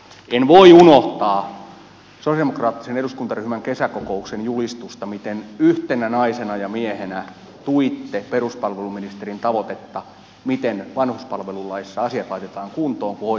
en voi unohtaa sosialidemokraattisen eduskuntaryhmän kesäkokouksen julistusta miten yhtenä naisena ja miehenä tuitte peruspalveluministerin tavoitetta miten vanhuspalvelulaissa asiat laitetaan kuntoon kun hoitajamitoitus säädetään